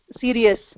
serious